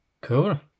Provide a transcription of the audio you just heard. Cool